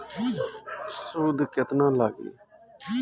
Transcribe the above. सूद केतना लागी?